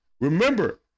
Remember